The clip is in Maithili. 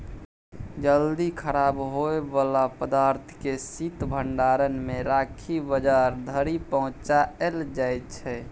जल्दी खराब होइ बला पदार्थ केँ शीत भंडारण मे राखि बजार धरि पहुँचाएल जाइ छै